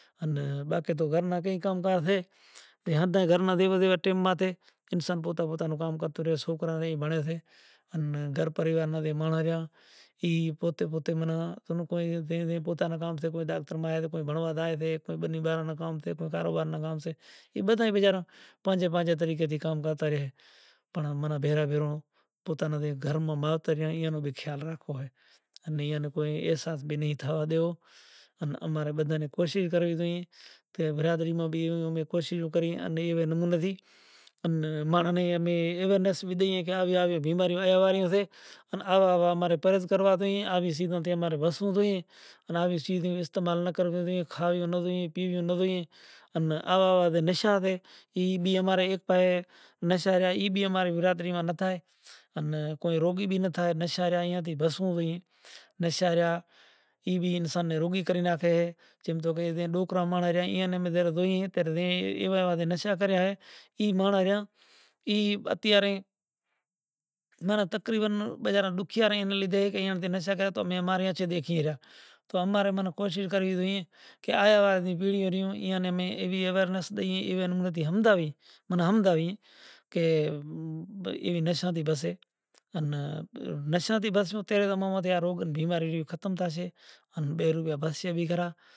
ہے راجا ہریچند تمیں پوہتاں نوں ست ناں میلہو آپان نیں منش تن زڑیو ان آپاں نیں گرو کہیو وچن لیتو گرو مارگ لیتو ای مارگ نیں آپنڑے ویکھوا نیں ضرورت نہ تھی، آز آنپڑے نیں تمیں ای لاگے ریو سے کہ ہوں رازا ہتو راجدھانڑی نو مالک ہتو آز ایتلے قدر کہ تمیں ویچار کریو اے راجا ہریچند آ راجدھانیوں آ وڑی جگت نو وہنوار اوس مڑی زائسے پنڑ ست زاتو ریو تو کدھے ناں مڑے۔ تو سوئیم پرماتما نیں آوی راجا ہریچند نی رکھشا کرنڑی پڑی رکھشا کرے آن اینو جیون نو سپھل کریو ای ماں جگت ماں اندر کو ایوو مہاپرش کو ایوو سلجھیل مانڑاں ملے زے تیں اماری قوم ناں آگر لے زایا ہاروں کری وڈی جاکھوڑ وڈی جتن کرنڑو پڑے زم تو نرسینگ نا پتا ہتا ای بھی رازا ہتا ای رازا ہتا تو پوہتے چار بھائی ہتا تو راجا وشوا منتر نا پتا شری ویچار کریو